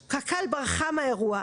קק"ל ברחה מהאירוע.